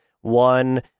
one